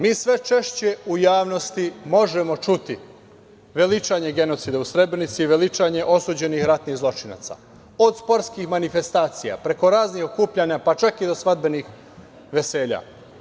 Mi sve češće u javnosti možemo čuti veličanje genocida u Srebrenici i veličanje osuđenih ratnih zločinaca, od sportskih manifestacija, preko raznih okupljanja, pa čak i na svadbenim veseljima.